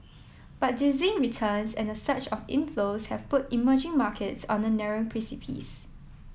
but dizzying returns and a surge of inflows have put emerging markets on a narrow precipice